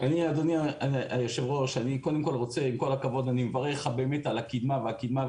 אני מברך על הקידמה.